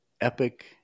epic